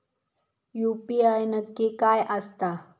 UPI नक्की काय आसता?